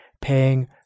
paying